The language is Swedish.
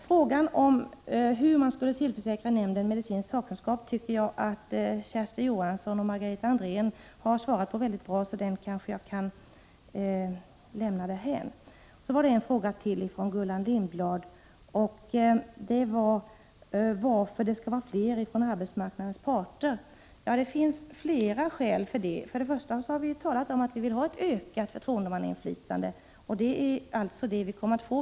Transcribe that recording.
Frågan hur man skall tillförsäkra nämnden medicinsk sakkunskap tycker jag att Kersti Johansson och Margareta Andrén har besvarat mycket bra, varför jag kanske kan lämna den därhän. Gullan Lindblad frågade slutligen varför det skall vara fler representanter från arbetsmarknadens parter i pensionsdelegationerna. Ja, det finns flera skäl för det. Till att börja med har vi talat om att vi vill ha ett ökat förtroendemannainflytande, och det är vad vi kommer att få.